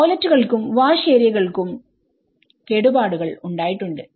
ടോയ്ലെറ്റകൾക്കും wash ഏരിയകൾക്കും കേടുപാടുകൾ ഉണ്ടായിട്ടുണ്ട്